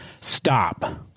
stop